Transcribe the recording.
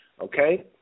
Okay